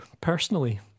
personally